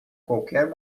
qualquer